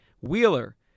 Wheeler